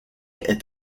est